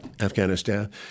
Afghanistan